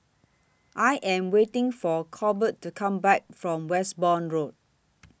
I Am waiting For Colbert to Come Back from Westbourne Road